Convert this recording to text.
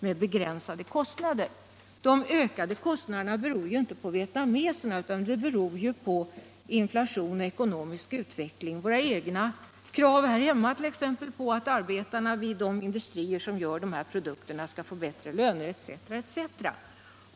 De ökade kostnader som uppstått hittills beror inte på vietnameserna själva utan på inflation och ekonomisk utveckling i de länder som levererar varor till projektet. T. ex. beror en del på ökade kostnader = priser för svensktillverkade produkter.